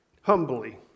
humbly